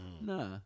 Nah